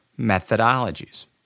methodologies